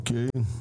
אוקיי.